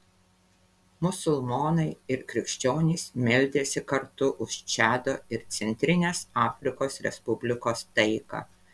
musulmonai ir krikščionys meldėsi kartu už čado ir centrinės afrikos respublikos taiką